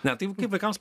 ne tai kaip vaikams